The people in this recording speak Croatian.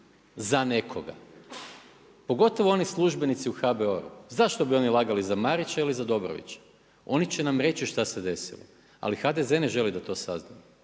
za nekoga, pogotovo oni službenici u HBOR-u. Zašto bi oni lagali za Marića ili za Dobrovića? Oni će nam reći šta se desilo. Ali HDZ ne želi da to sazna.